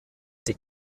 die